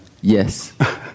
Yes